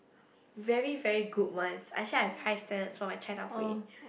very very good ones actually I have high standards for my chai-dao-kueh